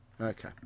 okay